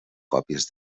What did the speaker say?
còpies